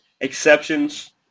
exceptions